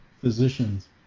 physicians